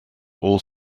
all